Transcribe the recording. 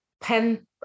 pen